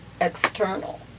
external